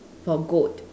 for goat